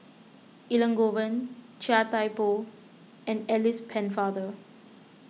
Elangovan Chia Thye Poh and Alice Pennefather